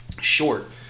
short